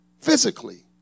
physically